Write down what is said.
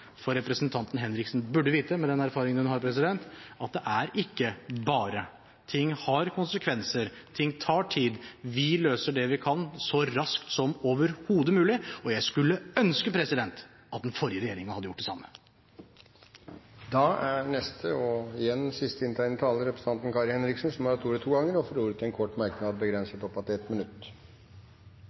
Representanten Henriksen burde vite, med den erfaringen hun har, at det er ikke «bare». Ting har konsekvenser, ting tar tid. Vi løser det vi kan, så raskt som overhodet mulig, og jeg skulle ønske at den forrige regjeringen hadde gjort det samme. Da er det neste – og igjen sist inntegnede – taler, representanten Kari Henriksen. Kari Henriksen har hatt ordet to ganger tidligere og får ordet til en kort merknad, begrenset til 1 minutt.